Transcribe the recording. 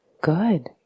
Good